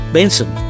Benson